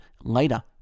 later